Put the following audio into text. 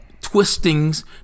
twistings